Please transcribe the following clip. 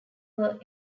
were